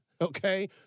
okay